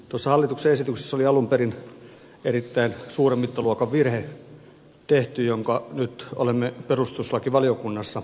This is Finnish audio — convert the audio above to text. tuossa hallituksen esityksessä oli alun perin tehty erittäin suuren mittaluokan virhe jonka nyt olemme perustuslakivaliokunnassa korjanneet